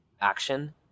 action